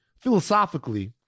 philosophically